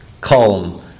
column